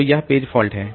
तो यह page fault है